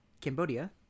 Cambodia